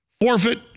Forfeit